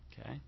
Okay